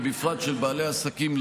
ובפרט של בעלי עסקים,